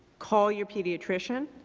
call your pediatrician.